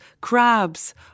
crabs